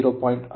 5 ರಷ್ಟಿದೆ